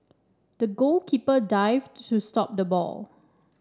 the goalkeeper dived to stop the ball